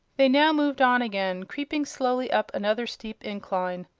they now moved on again, creeping slowly up another steep incline.